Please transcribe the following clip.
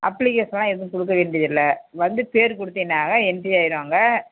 அப்ளிகேஷன்லாம் எதுவும் கொடுக்க வேண்டியது இல்லை வந்து பேர் குடுத்திங்கனாலே என்ட்ரி ஆகிடும் அங்கே